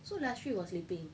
so lasiri was sleeping